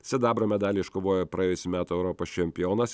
sidabro medalį iškovojo praėjusių metų europos čempionas